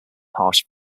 harsh